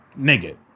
nigga